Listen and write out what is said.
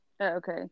okay